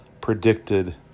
predicted